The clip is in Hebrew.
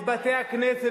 את בתי-הכנסת,